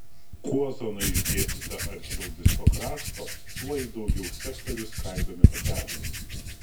kuo zona išdėstyta arčiau disko krašto tuo į daugiau sektorių skaidomi takeliai